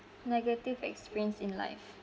negative experience in life